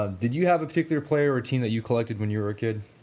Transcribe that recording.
ah did you have a particular player or team that you collected when you were a kid?